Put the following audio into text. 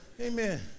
Amen